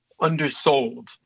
undersold